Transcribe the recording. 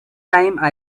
time